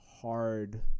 hard